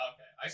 Okay